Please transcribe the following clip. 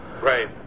Right